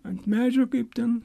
ant medžio kaip ten